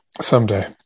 Someday